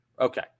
Okay